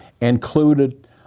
included